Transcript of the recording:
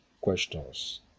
questions